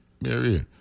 Mary